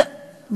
מי אמר את זה?